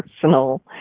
personal